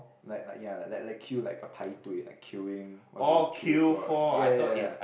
like like ya like like queue like 排队 like queuing what would you queue for ya ya ya ya